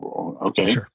Okay